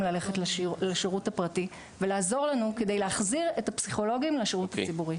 ללכת לשירות הפרטי ולעזור לנו כדי להחזיר את הפסיכולוגים לשירות הציבורי.